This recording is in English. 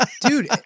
dude